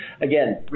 again